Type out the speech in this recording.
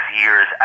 years